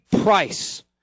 price